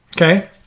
okay